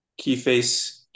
Keyface